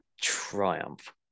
triumph